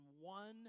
one